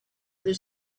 other